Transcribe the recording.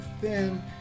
thin